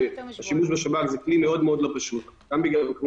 בהמשך לשאלות שהציפה הוועדה לגורמים ממשרד הבריאות ולשירות הוצג דו"ח